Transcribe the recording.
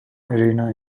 arena